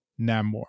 namor